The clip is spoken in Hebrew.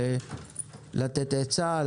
לתת עצה,